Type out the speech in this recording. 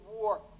war